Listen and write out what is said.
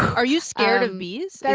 are you scared of bees?